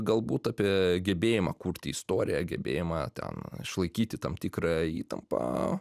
galbūt apie gebėjimą kurti istoriją gebėjimą ten išlaikyti tam tikrą įtampą